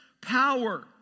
power